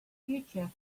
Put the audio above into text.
future